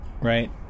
right